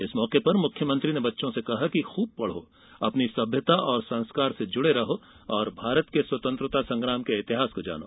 इस मौके पर मुख्यमंत्री ने बच्चों से कहा कि खूब पढ़ो अपनी सभ्यता और संस्कार से जुड़े रहो और भारत के स्वतंत्रता संग्राम के इतिहास को जानो